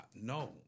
no